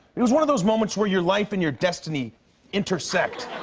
it was one of those moments where your life and your destiny intersect.